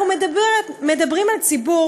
אנחנו מדברים על ציבור,